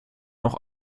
noch